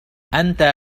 أنت